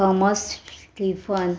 Thomas Stephen